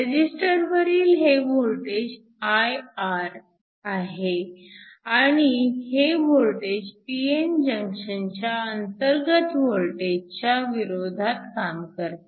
रेजिस्टरवरील हे voltage I R आहे आणि हे वोल्टेज pn जंक्शन च्या अंतर्गत वोल्टेजच्या विरोधात काम करते